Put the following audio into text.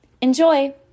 Enjoy